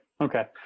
okay